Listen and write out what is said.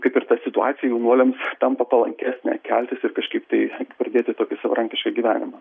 kaip ir ta situacija jaunuoliams tampa palankesnė keltis ir kaip tai pradėti tokį savarankišką gyvenimą